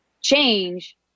change